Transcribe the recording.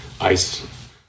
ice